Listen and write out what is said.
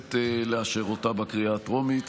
מהכנסת לאשר אותה בקריאה הטרומית,